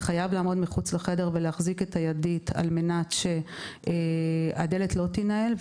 חייב לעמוד מחוץ לחדר ולהחזיק את הידית על מנת שהדלת לא תינעל.